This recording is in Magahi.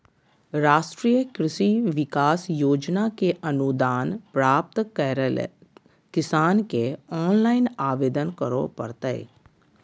राष्ट्रीय कृषि विकास योजना के अनुदान प्राप्त करैले किसान के ऑनलाइन आवेदन करो परतय